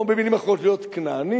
או במלים אחרות להיות כנענים,